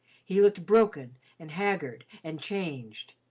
he looked broken and haggard and changed.